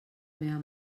meva